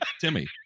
Timmy